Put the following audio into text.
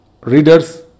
readers